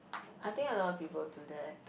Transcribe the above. I think a lot people do that